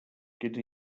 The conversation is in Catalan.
aquests